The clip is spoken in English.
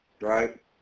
right